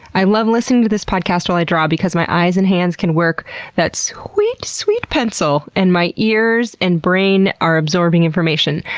i love listening to this podcast while i draw because my eyes and hands can work that sweet, sweet pencil and my ears and brain are absorbing information,